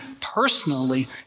personally